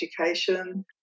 education